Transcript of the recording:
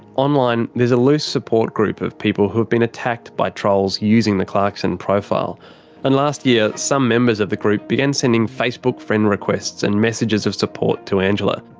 online, there's a loose support group of people who've been attacked by trolls using the clarkson profile and last year some members of the group began sending facebook friend requests and messages of support to angela.